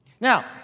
Now